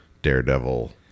daredevil